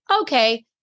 Okay